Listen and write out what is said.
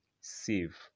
Save